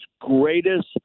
greatest